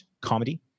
comedy